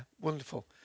wonderful